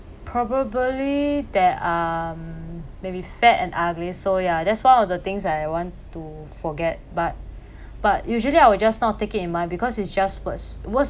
probably that um maybe fat and ugly so ya that's one of the things I want to forget but but usually I will just not take it in mind because it's just words words